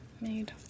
made